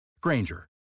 Granger